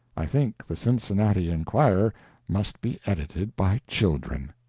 i think the cincinnati enquirer must be edited by children.